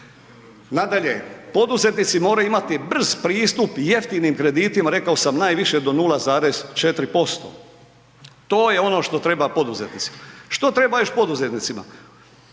Nadalje, poduzetnici moraju imati brz pristup jeftinim kreditima, rekao sam najviše do 0,4%, to je ono što treba poduzetnicima. Što treba još poduzetnicima,